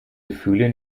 gefühle